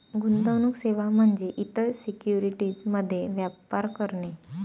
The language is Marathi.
गुंतवणूक सेवा म्हणजे इतर सिक्युरिटीज मध्ये व्यापार करणे